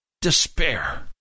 despair